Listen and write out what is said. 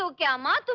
so grandma, so